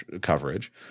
coverage